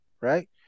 right